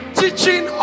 teaching